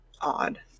odd